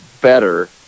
better